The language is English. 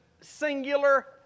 singular